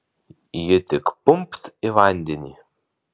ji tik pumpt į vandenį